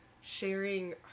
sharing